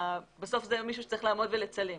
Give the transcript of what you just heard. בסוף זה מישהו שצריך לעמוד ולצלם.